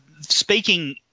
speaking